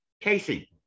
Casey